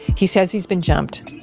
he says he's been jumped.